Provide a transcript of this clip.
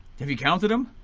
have you counted them?